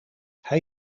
hij